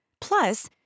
Plus